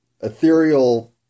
ethereal